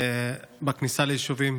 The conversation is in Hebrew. בכניסה ליישובים,